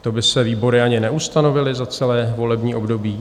To by se výbory ani neustanovily za celé volební období?